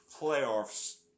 playoffs